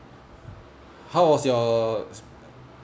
how was your